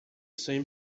same